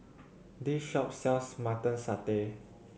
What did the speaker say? this shop sells Mutton Satay